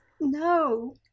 No